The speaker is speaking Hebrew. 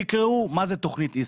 תקראו מה זה תוכנית איסלנד,